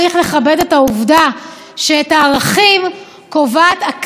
את העובדה שאת הערכים קובעת הכנסת,